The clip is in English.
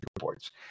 reports